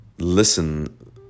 listen